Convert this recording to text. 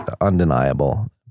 undeniable